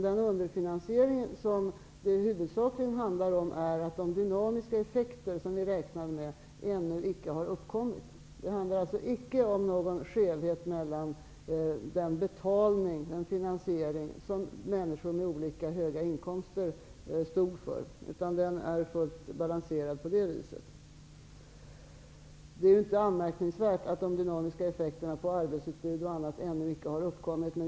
Den underfinansiering som det huvudsakligen handlar om består i att de dynamiska effekter som vi räknade med ännu icke har uppkommit. Det handlar alltså icke om en skevhet mellan den betalning, den finansiering, som människor med olika höga inkomster stod för. Den är fullt balanserad i det avseendet. Det är dessutom anmärkningsvärt att de dynamiska effekterna på bl.a. arbetsutbud ännu icke har uppkommit.